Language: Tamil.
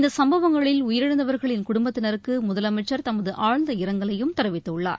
இந்த சம்பவங்களில் உயிரிழந்தவா்களின் குடும்பத்தினருக்கு முதலமைச்ச் தமது ஆழ்ந்த இரங்கலையும் தெரிவித்துள்ளார்